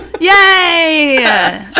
Yay